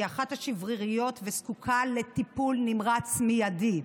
היא אחת השבריריות, וזקוקה לטיפול נמרץ מיידי.